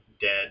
Dead